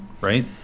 right